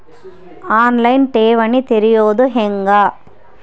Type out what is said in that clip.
On line ಠೇವಣಿ ತೆರೆಯೋದು ಹೆಂಗ?